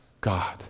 God